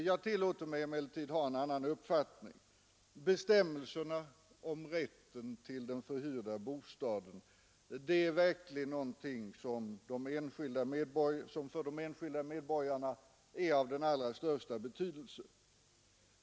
Jag tillåter mig emellertid ha en annan uppfattning. Bestämmelserna om rätten till den förhyrda bostaden är verkligen någonting som för de enskilda medborgarna är av den allra största betydelse.